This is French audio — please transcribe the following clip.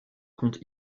comte